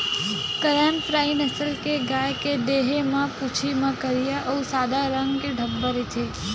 करन फ्राइ नसल के गाय के देहे म, पूछी म करिया अउ सादा रंग के धब्बा रहिथे